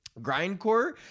Grindcore